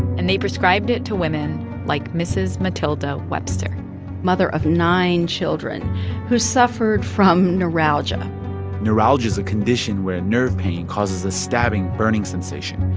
and they prescribed it to women like mrs. matilda webster mother of nine children who suffered from neuralgia neuralgia's a condition where nerve pain causes a stabbing, burning sensation,